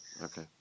Okay